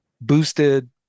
boosted